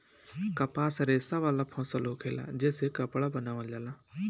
कपास रेशा वाला फसल होखेला जे से कपड़ा बनावल जाला